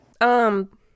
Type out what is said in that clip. Um-